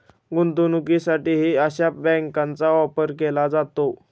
गुंतवणुकीसाठीही अशा बँकांचा वापर केला जातो